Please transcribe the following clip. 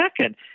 second